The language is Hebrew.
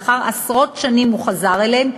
לאחר עשרות שנים הוא חזר אליהם,